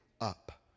up